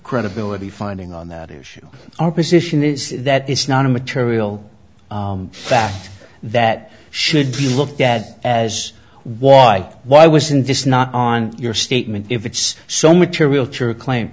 credibility finding on that issue our position is that it's not a material fact that should be looked at as was i why wasn't this not on your statement if it's so material church claim